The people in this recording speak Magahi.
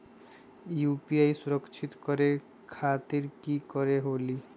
यू.पी.आई सुरक्षित करे खातिर कि करे के होलि?